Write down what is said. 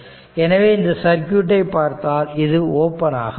எனவே இந்த சர்க்யூட்டை பார்த்தால் இது ஓபன் ஆக உள்ளது